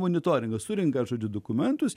monitoringą surenka žodį dokumentus